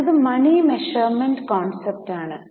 അടുത്തത് money measurement concept ആണ്